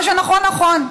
מה שנכון, נכון.